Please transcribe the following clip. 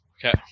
Okay